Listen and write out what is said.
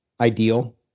ideal